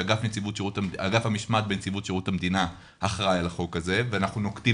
שאגף המשמעת בנציבות שירות המדינה אחראי על החוק הזה ואנחנו נוקטים